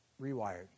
rewired